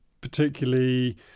particularly